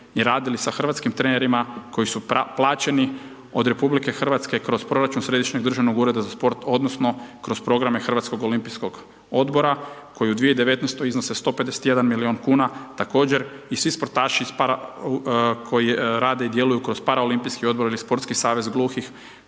i radili sa hrvatskim trenerima, koji su plaćeni od RH, kroz proračun Središnjeg državnog ureda za sport, odnosno, kroz programe Hrvatskog olimpijskog odbora, koji u 2019. iznose 151 milijun kn. Također i svi sportaši koji rade i djeluju kroz Paraolimpijski odbor ili sportski savez gluhih